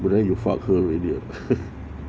but then you fuck her already ah